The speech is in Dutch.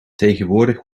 tegenwoordig